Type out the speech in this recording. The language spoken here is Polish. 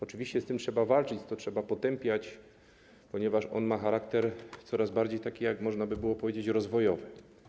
Oczywiście z tym trzeba walczyć, to trzeba potępiać, ponieważ on ma charakter coraz bardziej, można by było powiedzieć, rozwojowy.